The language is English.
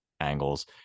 angles